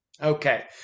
okay